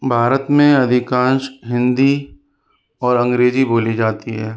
भारत में अधिकांश हिंदी और अंग्रेज़ी बोली जाती है